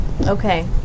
Okay